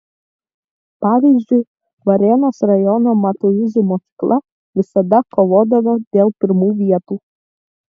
pavyzdžiui varėnos rajono matuizų mokykla visada kovodavo dėl pirmų vietų